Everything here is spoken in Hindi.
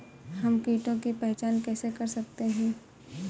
हम कीटों की पहचान कैसे कर सकते हैं?